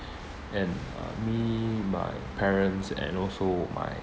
and uh me my parents and also my